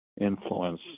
influence